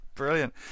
brilliant